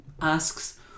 asks